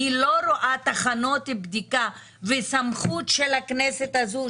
אני לא רואה תחנות בדיקה וסמכות של הכנסת הזו,